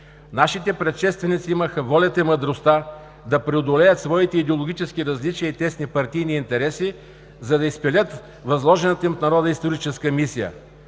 Нашите предшественици имаха волята и мъдростта да преодолеят своите идеологически различия и тесни партийни интереси, за да изпълнят възложената им от народа историческа мисия.